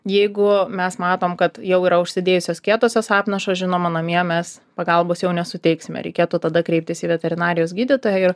jeigu mes matom kad jau yra užsidėjusios kietosios apnašos žinoma namie mes pagalbos jau nesuteiksime reikėtų tada kreiptis į veterinarijos gydytoją ir